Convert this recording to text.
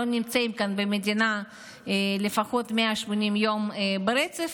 לא נמצאים כאן במדינה לפחות 180 ימים ברצף,